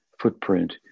footprint